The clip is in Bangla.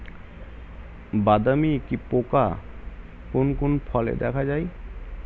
বাদামি কি পোকা কোন কোন ফলে দেখা যায়?